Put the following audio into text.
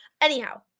anyhow